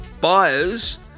Buyers